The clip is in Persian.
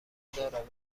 دارد